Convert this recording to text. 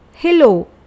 Hello